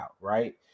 right